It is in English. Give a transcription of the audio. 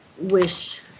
wish